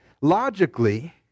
Logically